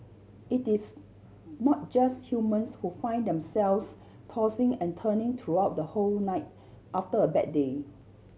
it is not just humans who find themselves tossing and turning throughout the whole night after a bad day